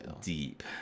Deep